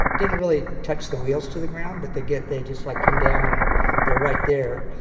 didn't really touch the wheels to the ground, but they'd get they'd just, like, come down and they're right there.